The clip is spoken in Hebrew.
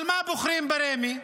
אבל מה בוחרים ברמ"י?